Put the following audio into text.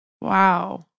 Wow